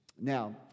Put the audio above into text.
Now